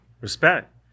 Respect